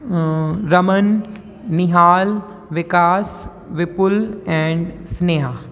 Raman Nihal Vikas Vipul and Sneha